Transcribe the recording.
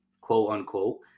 quote-unquote